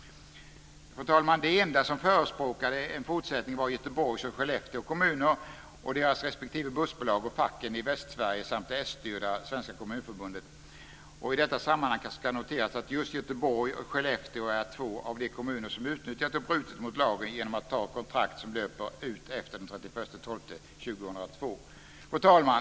Fru talman! De enda som förespråkade en fortsättning var Göteborgs och Skellefteå kommuner, deras respektive bussbolag och facken i Västsverige samt det s-styrda Svenska Kommunförbundet. I detta sammanhang ska noteras att just Göteborg och Skellefteå är två av de kommuner som utnyttjat och brutit mot lagen genom att ta kontrakt som löper ut efter den 31 december 2002. Fru talman!